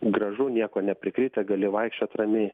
gražu nieko neprikritę gali vaikščiot ramiai